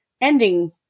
ending